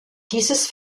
dieses